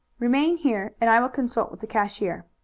remain here and i will consult with the cashier.